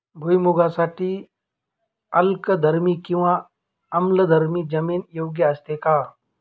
भुईमूगासाठी अल्कधर्मी किंवा आम्लधर्मी जमीन योग्य असते का?